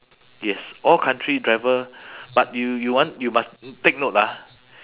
yes all country driver but you you want you must take note ah